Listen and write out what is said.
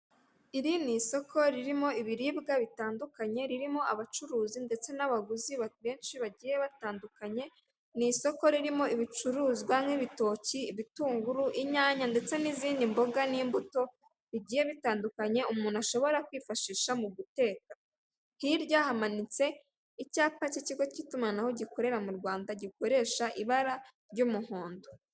Iri n'isoko ririmo ibiribwa bitandukanye ririmo abacuruzi ndetse n'abaguzi benshishi bagiye batandukanye. N'isoko ririmo ibicuruzwa nk'ibitoki, ibitunguru, inyanya ndetse n'izindi mboga n'imbuto bigiye bitandukanye umuntu ashobora kwifashisha mu guteka. Hirya hamanitse icyapa cy'ikigo cy'itumanaho gikorera mu Rwanda gikoresha ibara ry'umuhondo.